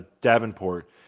Davenport